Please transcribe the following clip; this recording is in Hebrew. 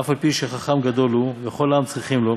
אף-על-פי שחכם גדול הוא וכל העם צריכין לו,